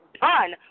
done